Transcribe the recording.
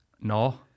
no